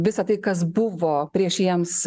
visa tai kas buvo prieš jiems